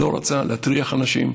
הוא לא רצה להטריח אנשים,